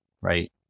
right